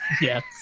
Yes